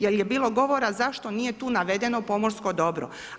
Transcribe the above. Jer je bilo govora zašto nije tu navedeno pomorsko dobro.